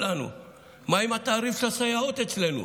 מה עם התעריף של הסייעות אצלנו?